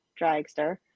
dragster